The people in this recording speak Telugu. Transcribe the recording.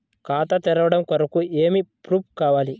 ఖాతా తెరవడం కొరకు ఏమి ప్రూఫ్లు కావాలి?